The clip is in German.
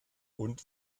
und